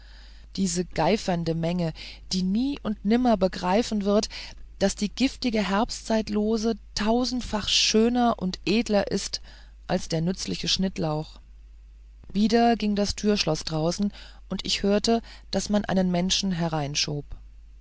dieser geifernden menge die nie und nimmer begreifen wird daß die giftige herbstzeitlose tausendfach schöner und edler ist als der nützliche schnittlauch wieder ging das türschloß draußen und ich hörte daß man einen menschen